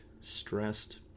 stressed